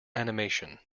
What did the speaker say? animation